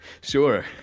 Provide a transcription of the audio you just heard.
Sure